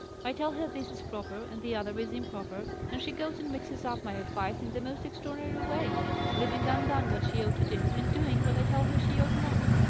i tell her this is proper, and the other is improper, and she goes and mixes up my advice in the most extraordinary way leaving undone what she ought to do, and doing what i tell her she ought not!